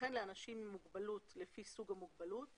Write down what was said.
וכן לאנשים עם מוגבלות לפי סוג המוגבלות